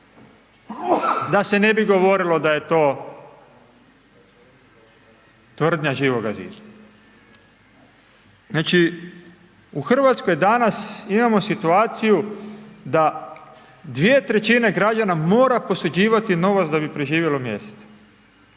da se ne bi govorilo da je to tvrdnja Živoga zida. Znači u Hrvatskoj danas imamo situaciju da 2/3 građana mora posuđivati novac da bi preživjelo mjesec.